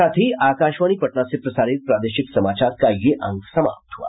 इसके साथ ही आकाशवाणी पटना से प्रसारित प्रादेशिक समाचार का ये अंक समाप्त हुआ